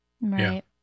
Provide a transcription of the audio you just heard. Right